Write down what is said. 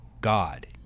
God